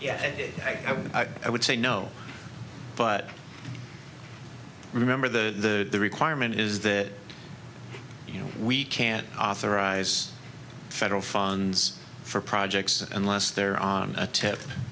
yes i would say no but remember the requirement is that you know we can't authorize federal funds for projects unless they're on a t